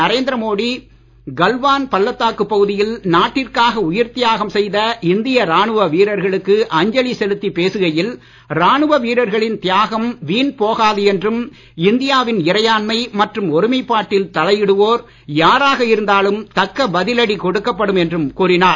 நரேந்திர மோடி கல்வான் பள்ளத்தாக்கு பகுதியில் நாட்டிற்காக உயிர்தியாகம் செய்த இந்திய ராணுவ வீரர்களுக்கு அஞ்சலி செலுத்தி பேசுகையில் ராணுவ வீரர்களின் தியாகம் வீண் போகாது என்றும் இந்தியாவின் இறையாண்மை மற்றும் ஒருமைப்பாட்டில் தலையிடுவோர் யாராக இருந்தாலும் தக்க பதிலடி கொடுக்கப்படும் என்றும் கூறினார்